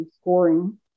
scoring